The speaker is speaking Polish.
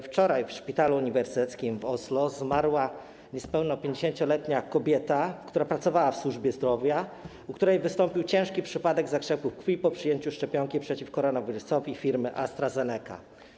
Wczoraj w Szpitalu Uniwersyteckim w Oslo zmarła niespełna 50-letnia kobieta, która pracowała w służbie zdrowia, u której wystąpił ciężki przypadek zakrzepu krwi po przyjęciu szczepionki przeciw koronawirusowi firmy AstraZeneca.